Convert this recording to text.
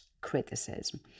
criticism